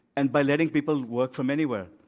and by letting people work from anywhere.